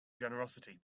generosity